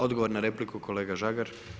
Odgovor na repliku, kolega Žagar.